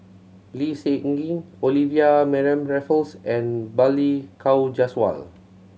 Lee Seng Gee Olivia Mariamne Raffles and Balli Kaur Jaswal